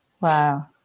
Wow